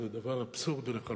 זה דבר אבסורדי לחלוטין.